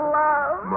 love